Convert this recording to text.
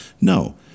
no